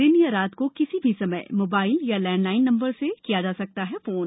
दिन या रात को किसी भी समय मोबाइल या लैंडलाइन फोन से किया जा सकता है कॉल